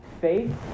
Faith